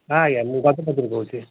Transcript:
ଆଁ ଆଜ୍ଞା ମୁଁ କହୁଛି